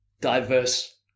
diverse